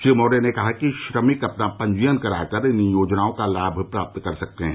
श्री मौर्य ने कहा कि श्रमिक अपना पंजीयन कराकर इन योजनाओं का लाभ प्राप्त कर सकते हैं